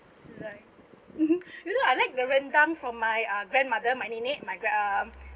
right mmhmm you know I like the rendang from my uh grandmother my nenek my grand uh